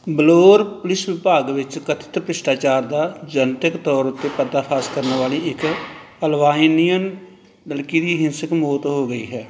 ਵਲੋਰ police ਵਿਭਾਗ ਵਿੱਚ ਕਥਿਤ ਭ੍ਰਿਸ਼ਟਾਚਾਰ ਦਾ ਜਨਤਕ ਤੌਰ ਉੱਤੇ ਪਰਦਾਫਾਸ਼ ਕਰਨ ਵਾਲੀ ਇੱਕ ਅਲਬਾਨੀਅਨ ਲੜਕੀ ਦੀ ਹਿੰਸਕ ਮੌਤ ਹੋ ਗਈ ਹੈ